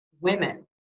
women